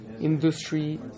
industry